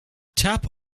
tap